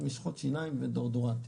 משחות שיניים ודאודורנטים.